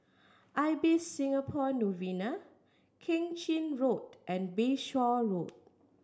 Ibis Singapore Novena Keng Chin Road and Bayshore Road